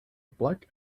black